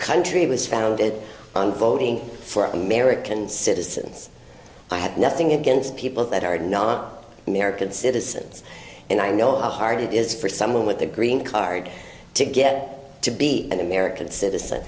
country was founded on voting for american citizens i had nothing against people that are not american citizens and i know how hard it is for someone with a green card to get to be an american citizen